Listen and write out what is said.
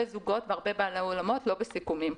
זוגות והרבה בעלי אולמות לא הצליחו להגיע לסיכום.